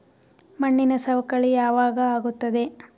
ಮಣ್ಣಿನ ಸವಕಳಿ ಯಾವಾಗ ಆಗುತ್ತದೆ?